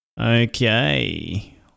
Okay